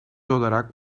olarak